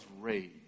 rage